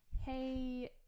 hey